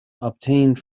obtained